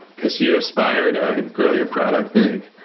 because you aspire to grow your product big.